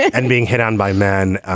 and being hit on by man.